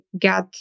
get